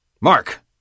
Mark